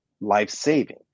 life-saving